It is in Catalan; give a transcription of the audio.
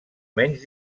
menys